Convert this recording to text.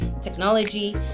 technology